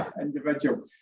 individual